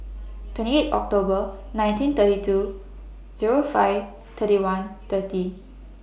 twenty eight October nineteen thirty two Zero five thirty one thirty